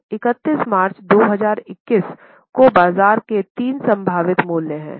अब 31 मार्च 2021 को बाजार के तीन संभावित मूल्य हैं